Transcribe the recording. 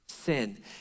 sin